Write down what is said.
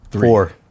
Four